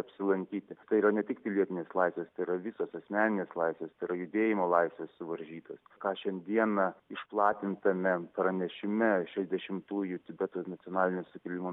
apsilankyti tai yra ne tik pilietinės laisvės tai yra visos asmeninės laisvės tai yra judėjimo laisvės suvaržytos ką šiandieną išplatintame pranešime šešiasdešimtųjų tibeto nacionalinio sukilimo